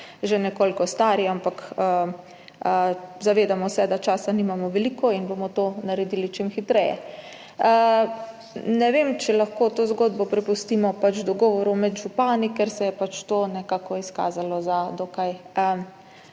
že nekoliko stari, ampak zavedamo se, da časa nimamo veliko in bomo to naredili čim hitreje. Ne vem, ali lahko to zgodbo prepustimo dogovoru med župani, ker se je nekako izkazalo, da je dokaj